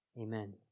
Amen